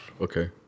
Okay